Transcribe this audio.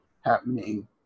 happening